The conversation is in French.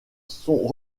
sont